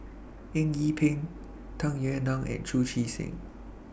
Eng Yee Peng Tung Yue Nang and Chu Chee Seng